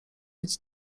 mieć